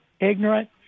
ignorant